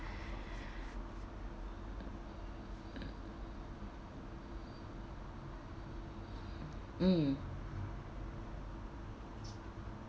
mm